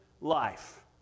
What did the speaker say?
life